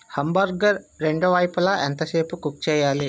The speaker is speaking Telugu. హంబర్గర్ రెండు వైపులా ఎంత సేపు కుక్ చేయాలి